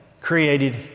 created